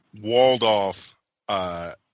walled-off